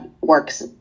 works